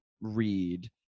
read